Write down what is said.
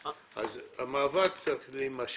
המאבק צריך להימשך,